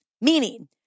Meaning